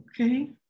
okay